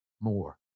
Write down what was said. more